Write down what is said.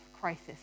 crisis